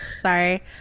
Sorry